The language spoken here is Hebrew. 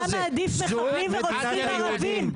אתה מעדיף מחבלים ורוצחים ערבים.